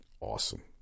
Awesome